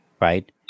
Right